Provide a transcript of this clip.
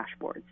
dashboards